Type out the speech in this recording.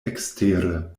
ekstere